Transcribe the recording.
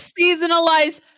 seasonalize